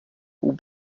will